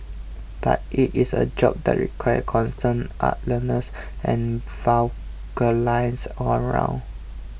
but E it's a job that requires constant alertness and vigilance all round